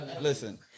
listen